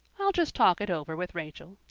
i'll just talk it over with rachel.